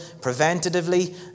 preventatively